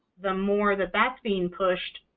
the more that that's being pushed,